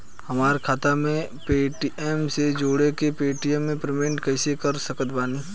हमार खाता के पेटीएम से जोड़ के पेटीएम से पेमेंट कइसे कर सकत बानी?